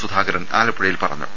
സുധാ കരൻ ആലപ്പുഴയിൽ പറഞ്ഞു